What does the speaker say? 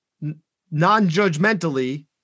non-judgmentally